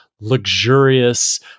luxurious